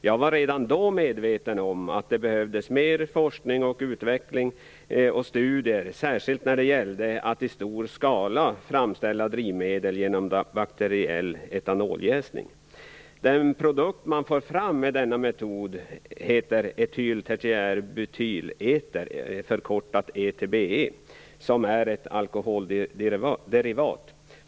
Jag var redan då medveten om att det behövdes mer forskning och utveckling samt studier, särskilt när det gällde att i stor skala framställa drivmedel genom bakteriell etanoljäsning. Den produkt som man får fram med denna metod heter etyltertiärbutyleter, ETBE, som är ett alkoholderivat.